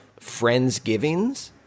Friendsgivings